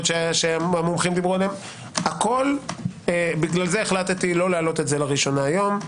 והמומחים לכן החלטתי לא להעלות את זה לראשונה היום.